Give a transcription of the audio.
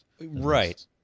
Right